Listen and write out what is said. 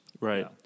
right